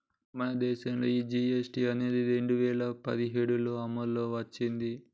మన దేసంలో ఈ జీ.ఎస్.టి అనేది రెండు వేల పదిఏడులో అమల్లోకి ఓచ్చింది